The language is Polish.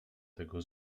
tego